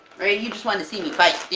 rae, you just want to see me fight,